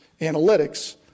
analytics